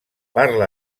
parla